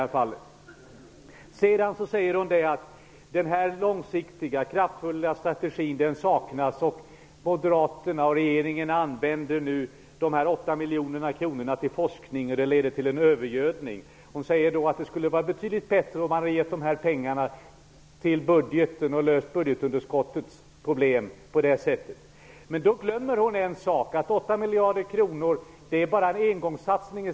Kristina Persson säger vidare att den långsiktiga, kraftfulla strategin saknas och att moderaterna och regeringen nu använder dessa 8 miljarder kronor till forskning, och att det leder till en övergödning. Hon säger att det skulle vara betydligt bättre att avsätta dessa medel till budgeten för att på så sätt bidra till att lösa problemet med budgetunderskottet. Men då glömmer Kristina Persson en sak, nämligen att dessa 8 miljarder kronor i så fall endast skulle utgöra en engångssatsning.